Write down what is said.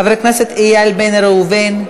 חבר הכנסת איל בן ראובן,